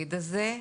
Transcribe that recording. לתפקיד הזה.